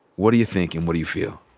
what do you think and what do you feel?